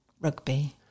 Rugby